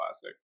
Classic